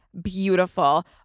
beautiful